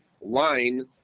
line